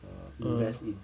uh invest in